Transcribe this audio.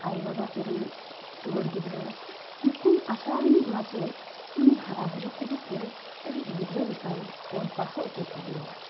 ᱟᱭᱳ ᱵᱟᱵᱟ ᱛᱮ ᱨᱮᱜᱮᱡ ᱴᱩᱣᱟᱹᱨ ᱜᱤᱫᱽᱨᱟᱹ ᱢᱤᱫᱴᱟᱝ ᱟᱥᱲᱟ ᱨᱤᱱᱤᱡ ᱢᱟᱪᱮᱫ ᱩᱱᱤ ᱦᱟᱨᱟ ᱵᱩᱨᱩ ᱠᱮᱫᱮᱛᱮ ᱟᱡᱤᱡ ᱜᱤᱫᱽᱨᱟᱹ ᱞᱮᱠᱟᱭ ᱚᱞ ᱯᱟᱲᱦᱟᱣ ᱚᱪᱚ ᱠᱮᱫᱮᱭᱟ